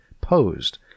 posed